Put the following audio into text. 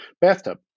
bathtub